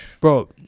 bro